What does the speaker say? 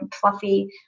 fluffy